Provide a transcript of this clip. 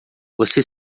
você